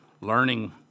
learning